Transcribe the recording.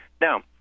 now